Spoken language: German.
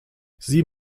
sieh